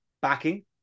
backing